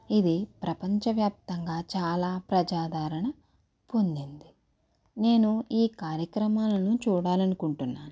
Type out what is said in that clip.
ఇది ప్రపంచవ్యాప్తంగా చాలా ప్రజాదారణ పొందింది నేను ఈ కార్యక్రమాలను చూడాలనుకుంటున్నాను